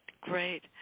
Great